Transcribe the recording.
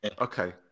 Okay